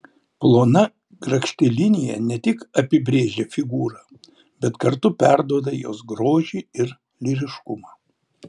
plona grakšti linija ne tik apibrėžia figūrą bet kartu perduoda jos grožį ir lyriškumą